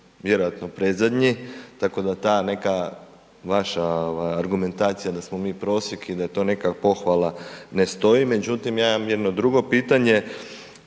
vjerojatno predzadnji tako da ta neka vaša ova argumentacija da smo mi prosjek i da je to neka pohvala ne stoji. Međutim, ja imam jedno drugo pitanje,